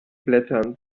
blätternd